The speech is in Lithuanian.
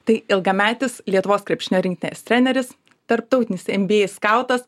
tai ilgametis lietuvos krepšinio rinktinės treneris tarptautinis nba skautas